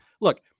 look